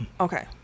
Okay